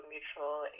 Mutual